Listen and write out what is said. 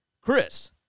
Chris